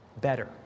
better